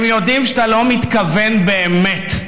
הם יודעים שאתה לא מתכוון באמת,